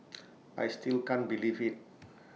I still can't believe IT